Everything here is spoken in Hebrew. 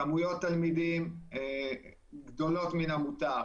מספרי תלמידים גדולים מן המותר,